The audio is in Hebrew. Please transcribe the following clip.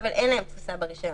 אבל אין להם תפוסה ברישיון,